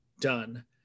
done